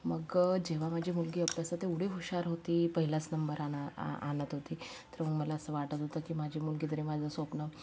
मग जेव्हा माझी मुलगी अभ्यासात एवढी हुशार होती पहिलाच नंबर आना आणत होती तर मग मला असं वाटत होतं माझी मुलगी तरी माझं स्वप्नं